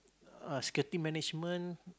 uh security management